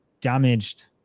damaged